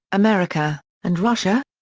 america, and russia?